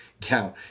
count